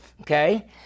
okay